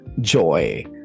joy